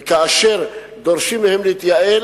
וכאשר דורשים מהם להתייעל,